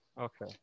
Okay